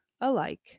alike